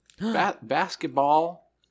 basketball